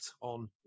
on